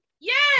yes